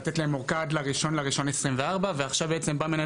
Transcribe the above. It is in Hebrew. לתת להם אורכה עד ל-1.1.2024 ועכשיו בעצם באה מנהלת